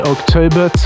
October